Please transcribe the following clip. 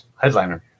Headliner